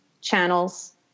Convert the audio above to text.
channels